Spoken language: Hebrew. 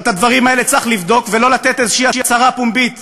אבל את הדברים האלה צריך לבדוק ולא לתת איזו הצהרה פומבית